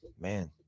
man